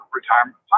Retirement